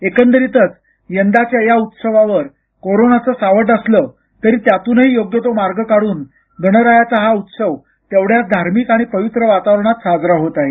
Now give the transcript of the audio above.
एकंदरीतच यंदाच्या या उत्सवावर कोरोनाचं सावट असलं तरी त्यातूनही योग्य तो मार्ग काढून गणरायाचा हा उत्सव तेवढ्याच धार्मिक आणि पवित्र वातावरणात साजरा होत आहे